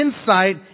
insight